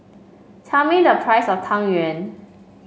tell me the price of Tang Yuen